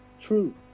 true